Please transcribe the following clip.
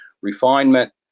refinement